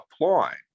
applying